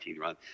run